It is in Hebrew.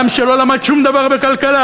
גם שלא למד שום דבר בכלכלה,